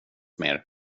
mer